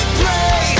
play